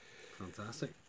fantastic